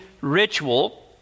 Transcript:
ritual